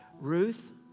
Ruth